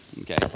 Okay